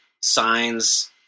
signs